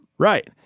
Right